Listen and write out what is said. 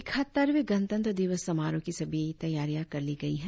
इकहत्तरवें गणतंत्र दिवस समारोह की सभी तैयारियां कर ली गई है